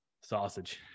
sausage